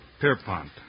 Pierpont